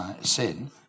sin